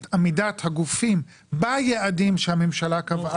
את עמידת הגופים ביעדים שהממשלה קבעה,